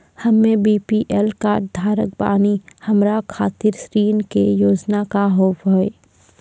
हम्मे BPL card धारक बानि हमारा खातिर ऋण के योजना का होव हेय?